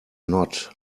not